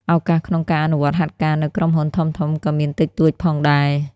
ឱកាសក្នុងការអនុវត្តហាត់ការនៅក្រុមហ៊ុនធំៗក៏មានតិចតួចផងដែរ។